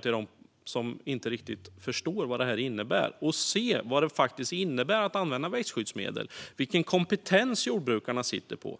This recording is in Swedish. Till dem som inte riktigt förstår vad det här innebär säger jag: Åk ut till en jordbrukare i dag och se vad det faktiskt innebär att använda växtskyddsmedel. Se vilken kompetens som jordbrukarna sitter på;